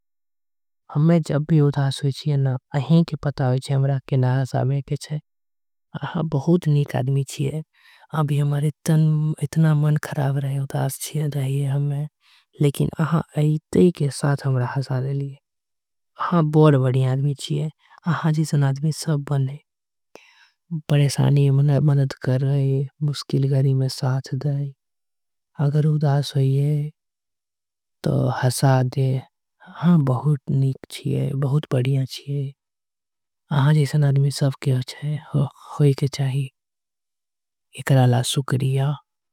हमें जब भी उदास होये के छीये अहा बहुत पता रहे। कि हमरा के का छीये अहा बढ़ बढ़िया आदमी छीये। अहा जिसन आदमी सब बने परेशानी में मदद करे अगर उदास होईहे त हंसा दे बहुत निक छीये। एकरा ल शुक्रिया।